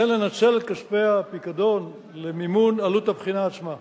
וכן לנצל את כספי הפיקדון למימון עלות הבחינה עצמה.